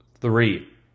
three